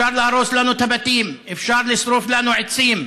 אפשר להרוס לנו את הבתים, אפשר לשרוף לנו עצים,